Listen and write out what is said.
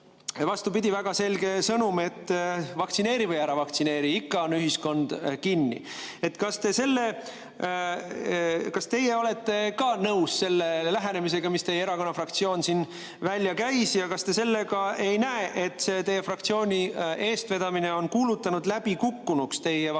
vastupidi, väga selge sõnum, et vaktsineeri või ära vaktsineeri, ikka on ühiskond kinni. Kas teie olete ka nõus selle lähenemisega, mis teie erakonna fraktsioon siin välja käis? Ja kas te ei näe, et see teie fraktsiooni eestvedamine on kuulutanud läbikukkunuks teie